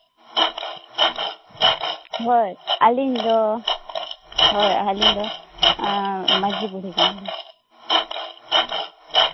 ᱦᱳᱭ ᱟᱹᱞᱤᱧ ᱫᱚ ᱦᱳᱭ ᱟᱹᱞᱤᱧ ᱫᱚ ᱢᱟᱺᱡᱷᱤ ᱵᱩᱲᱦᱤ ᱠᱟᱱᱟᱞᱤᱧ